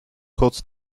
kurz